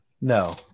no